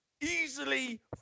easily